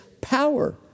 power